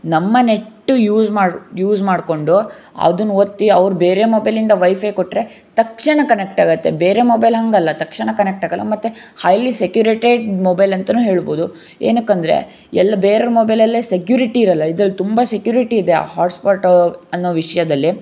ನಮ್ಮ net use ಮಾಡಿ use ಮಾಡಿಕೊಂಡು ಅದನ್ನ ಒತ್ತಿ ಅವ್ರು ಬೇರೆ ಮೊಬೈಲಿಂದ ವೈಫೈ ಕೊಟ್ಟರೆ ತಕ್ಷಣ ಕನೆಕ್ಟ್ ಆಗುತ್ತೆ ಬೇರೆ ಮೊಬೈಲ್ ಹಾಗಲ್ಲ ತಕ್ಷಣ ಕನೆಕ್ಟ್ ಆಗೋಲ್ಲ ಮತ್ತೆ ಹೈಲಿ ಸೆಕ್ಯುರೇಟೆಡ್ ಮೊಬೈಲ್ ಅಂತಲೂ ಹೇಳ್ಬೋದು ಏನಕ್ಕಂದ್ರೆ ಎಲ್ಲ ಬೇರೆವ್ರ ಮೊಬೈಲಲ್ಲೇ ಸೆಕ್ಯುರಿಟಿ ಇರೋಲ್ಲ ಇದ್ರಲ್ಲಿ ತುಂಬ ಸೆಕ್ಯುರಿಟಿ ಇದೆ ಆ ಹಾಟ್ಸ್ಪಾಟ್ ಅನ್ನೋ ವಿಷಯದಲ್ಲಿ